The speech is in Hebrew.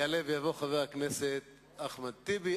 יעלה ויבוא חבר הכנסת אחמד טיבי,